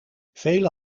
vele